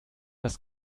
das